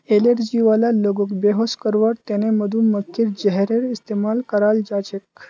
allergy वाला लोगक बेहोश करवार त न मधुमक्खीर जहरेर इस्तमाल कराल जा छेक